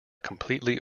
completely